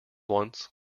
once